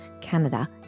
Canada